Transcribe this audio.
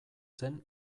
zen